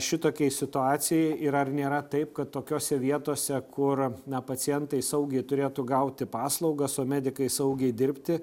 šitokiai situacijai ir ar nėra taip kad tokiose vietose kur na pacientai saugiai turėtų gauti paslaugas o medikai saugiai dirbti